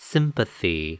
Sympathy